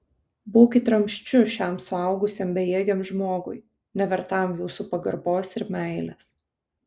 būkit ramsčiu šiam suaugusiam bejėgiam žmogui nevertam jūsų pagarbos ir meilės